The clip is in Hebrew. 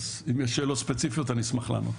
אז אם יש שאלות ספציפיות אני אשמח לענות.